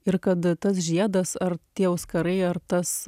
ir kad tas žiedas ar tie auskarai ar tas